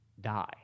die